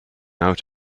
out